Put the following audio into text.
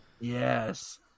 Yes